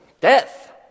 death